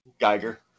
Geiger